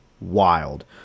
Wild